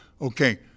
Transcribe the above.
Okay